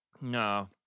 No